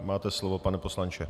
Máte slovo, pane poslanče.